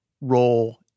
role